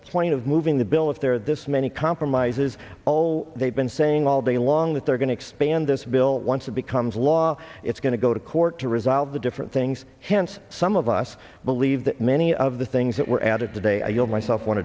point of moving the bill if they're this many compromises all they've been saying all day long that they're going to expand this bill once it becomes law it's going to go to court to resolve the different things hence some of us believe that many of the things that were added today i feel myself one